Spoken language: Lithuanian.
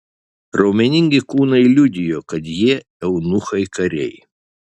raumeningi kūnai liudijo kad jie eunuchai kariai